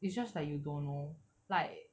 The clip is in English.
it's just like you don't know like